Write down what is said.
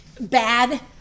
bad